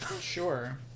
Sure